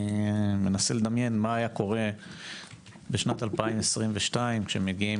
אני מנסה לדמיין מה היה קורה בשנת 2022 עם מספר העולים שהגיעו בשנה זו.